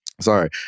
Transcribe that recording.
Sorry